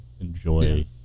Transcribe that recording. enjoy